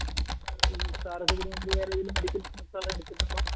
sir ഇതിനു മുൻപ് വേറെ ഏതെങ്കിലും മെഡിക്കൽ കവറേജ് എടുത്തിട്ടുണ്ടോ